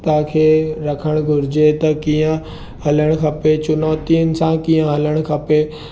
तव्हां खे रखण घुर्जे त कीअं हलणु खपे चुनौतियुनि सां कीअं हलणु खपे